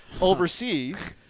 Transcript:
overseas